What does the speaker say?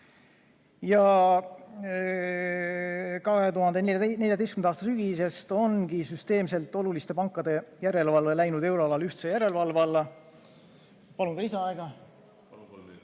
2014. aasta sügisest ongi süsteemselt oluliste pankade järelevalve läinud euroalal ühtse järelevalve alla ... Palun ka lisaaega. Palun! Kolm